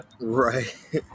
Right